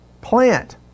plant